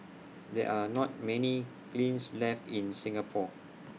there are not many kilns left in Singapore